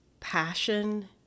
passion